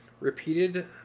repeated